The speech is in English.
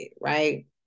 right